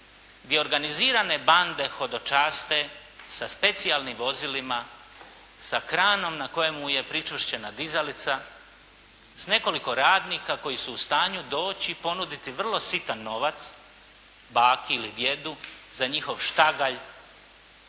gdje organizirane bande hodočaste sa specijalnim vozilima, sa kranom na kojemu je pričvršćena dizalica, s nekoliko radnika koji su u stanju doći ponuditi vrlo sitan novac, baki ili djedu, za njihov štagalj